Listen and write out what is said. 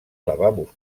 lavabos